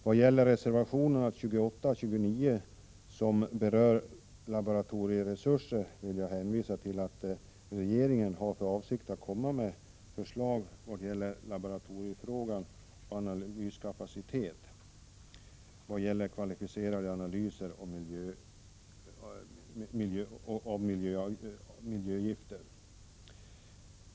Vad gäller reservationerna 28 och 29 om laboratorieresurser, vill jag hänvisa till att regeringen har för avsikt att komma med förslag i laboratoriefrågan och om analyskapacitet för kvalificerade analyser av miljögifter.